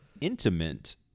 intimate